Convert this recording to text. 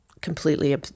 completely